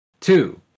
two